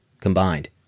combined